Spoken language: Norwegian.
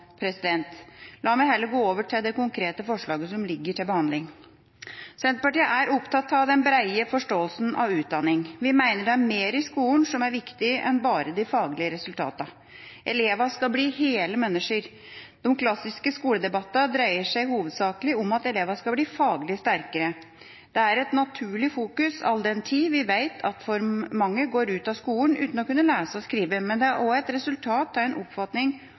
La meg heller gå over til det konkrete forslaget som ligger til behandling. Senterpartiet er opptatt av den brede forståelsen av utdanning. Vi mener det er mer i skolen som er viktig enn bare de faglige resultatene. Elevene skal bli hele mennesker. De klassiske skoledebattene dreier seg hovedsakelig om at elevene skal bli faglig sterkere. Det er et naturlig fokus, all den tid vi vet at for mange går ut av skolen uten å kunne lese og skrive, men det er også et resultat av en oppfatning